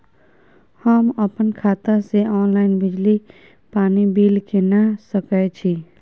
हम अपन खाता से ऑनलाइन बिजली पानी बिल केना के सकै छी?